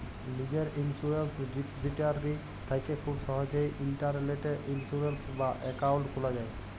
লীজের ইলসুরেলস ডিপজিটারি থ্যাকে খুব সহজেই ইলটারলেটে ইলসুরেলস বা একাউল্ট খুলা যায়